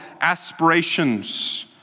aspirations